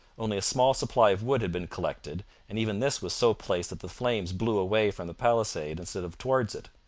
only a small supply of wood had been collected, and even this was so placed that the flames blew away from the palisade instead of towards it.